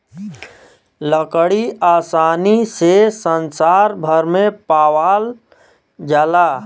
लकड़ी आसानी से संसार भर में पावाल जाला